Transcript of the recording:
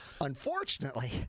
Unfortunately